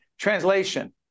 Translation